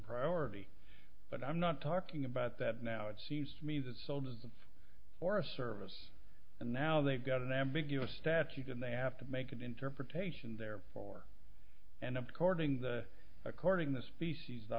priority but i'm not talking about that now it seems to me that sold them for a service and now they've got an ambiguous statute and they have to make an interpretation therefore and courting the according the species the